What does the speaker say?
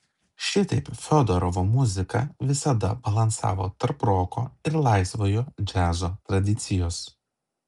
šitaip fiodorovo muzika visada balansavo tarp roko ir laisvojo džiazo tradicijos